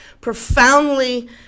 profoundly